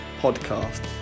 podcast